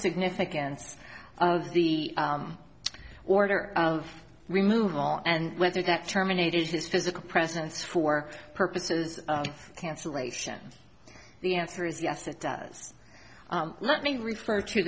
significance of the order of removal and whether that terminate is physical presence for purposes cancelation the answer is yes it does let me refer to